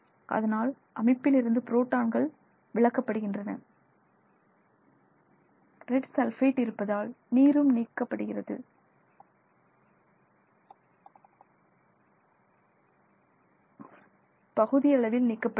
அதனால் அமைப்பிலிருந்து புரோட்டான்கள் விலக்கப்படுகின்றன லெட் சல்பைட் இருப்பதால் நீரும் நீக்கப்படுகிறது பகுதி அளவில் நீக்கப்படுகிறது